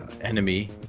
enemy